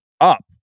up